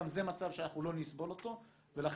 גם זה מצב שאנחנו לא נסבול אותו ולכן